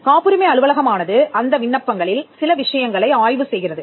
காப்புரிமை அலுவலகமானது அந்த விண்ணப்பங்களில் சில விஷயங்களை ஆய்வு செய்கிறது